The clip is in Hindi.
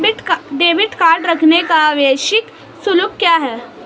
डेबिट कार्ड रखने का वार्षिक शुल्क क्या है?